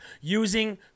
using